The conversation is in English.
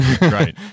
Right